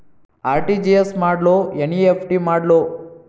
RTGS ಮಾಡ್ಲೊ NEFT ಮಾಡ್ಲೊ?